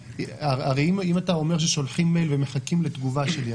הרי אם אתה אומר ששולחים מייל ומחכים לתגובה שלי,